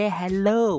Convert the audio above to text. hello